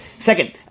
Second